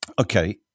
Okay